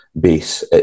base